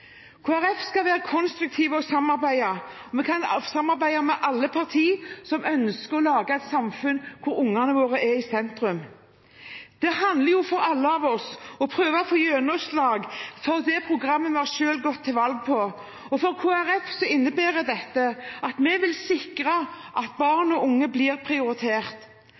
skal være konstruktive og vil samarbeide. Vi kan samarbeide med alle partier som ønsker å lage et samfunn der ungene våre er i sentrum. Det handler for oss alle om å prøve å få gjennomslag for det programmet vi har gått til valg på. For Kristelig Folkeparti innebærer dette at vi vil sikre at barn og unge blir prioritert,